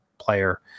player